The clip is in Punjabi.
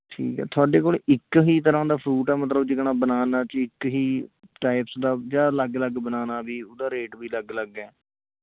ਠੀਕ ਹੈ ਤੁਹਾਡੇ ਕੋਲ ਇੱਕ ਹੀ ਤਰ੍ਹਾਂ ਦਾ ਫਰੂਟ ਹੈ ਮਤਲਬ ਜਿਕਣਾ ਬਨਾਨਾ 'ਚ ਇੱਕ ਹੀ ਟਾਇਪਸ ਦਾ ਜਾਂ ਅਲੱਗ ਅਲੱਗ ਬਨਾਨਾ ਵੀ ਉਹਦਾ ਰੇਟ ਵੀ ਅਲੱਗ ਅਲੱਗ ਹੈ